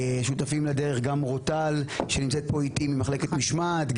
שותפים לדרך גם אורטל שנמצאת פה איתי ממחלקת משמעת,